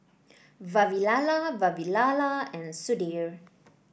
Vavilala Vavilala and Sudhir